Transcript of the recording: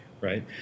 right